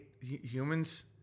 humans